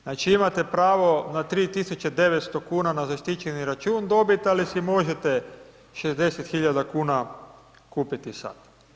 Znači imate pravo na 3900 kn na zaštićeni račun dobit ali si možete 60 000 kn kupiti sat.